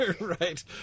right